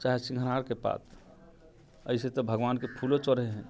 चाहे सिङ्घारके पात अइसँ तऽ भगवानके फूलो चढ़ै है